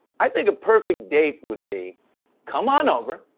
i think a perfect date would be come on over,